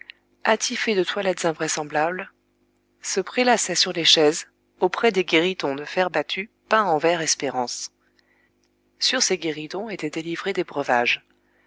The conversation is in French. attifées de toilettes invraisemblables se prélassaient sur les chaises auprès des guéridons de fer battu peints en vert espérance sur ces guéridons étaient délivrés des breuvages